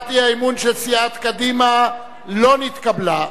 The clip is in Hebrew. הצעת אי-האמון של סיעת קדימה לא נתקבלה.